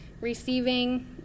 receiving